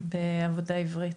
בעבודה עברית.